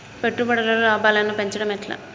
పెట్టుబడులలో లాభాలను పెంచడం ఎట్లా?